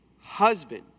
husband